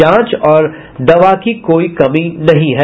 जांच और दवा की कोई कमी नहीं है